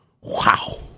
Wow